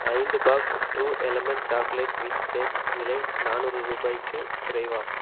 ஐந்து box true element chocolate wheat flakes விலை நானூறு ரூபாய்க்கு குறைவா